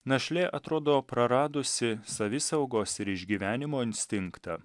našlė atrodo praradusi savisaugos ir išgyvenimo instinktą